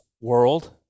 world